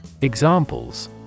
Examples